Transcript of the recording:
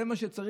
זה מה שצריך,